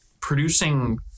producing